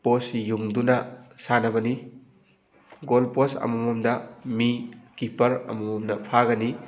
ꯄꯣꯁ ꯌꯨꯡꯗꯨꯅ ꯁꯥꯟꯅꯕꯅꯤ goal post ꯑꯃꯃꯝꯗ ꯃꯤ ꯀꯤꯞꯄꯔ ꯑꯃꯃꯝꯅ ꯐꯥꯒꯅꯤ